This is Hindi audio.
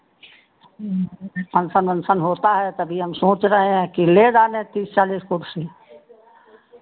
फंक्शन वंक्शन होता है तभी हम सोच रहे हैं कि ले डालें तीस चालीस कुर्सी